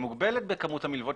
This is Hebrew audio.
מוגבלת בכמות המלוות?